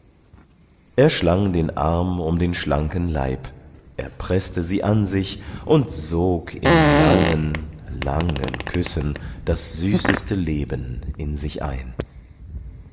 er schlang den arm um den schlanken leib er preßte sie an sich und sog in langen langen küssen das süßeste leben in sich ein